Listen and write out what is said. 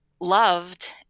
loved